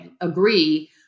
agree